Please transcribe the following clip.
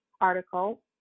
article